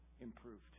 improved